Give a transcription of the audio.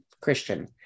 Christian